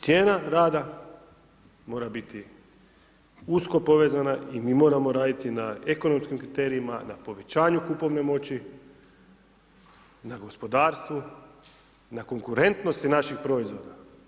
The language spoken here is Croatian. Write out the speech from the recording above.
Cijena rada mora biti usko povezana i mi moramo raditi na ekonomskim kriterijima, na povećanju kupovne moći, na gospodarstvu, na konkurentnosti naših proizvoda.